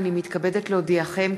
הנני מתכבדת להודיעכם,